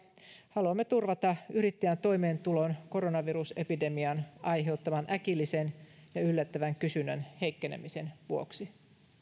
haluamme turvata yrittäjän toimeentulon koronavirusepidemian aiheuttaman äkillisen ja yllättävän kysynnän heikkenemisen vuoksi